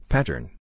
Pattern